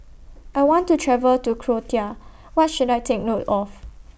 I want to travel to Croatia What should I Take note of